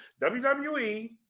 WWE